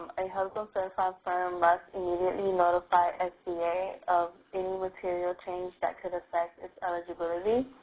a hubzone certified firm must immediately notify sba of any material change that could affect its eligibility.